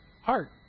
heart